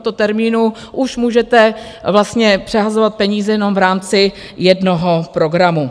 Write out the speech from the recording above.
Po tomto termínu už můžete vlastně přehazovat peníze jenom v rámci jednoho programu.